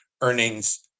earnings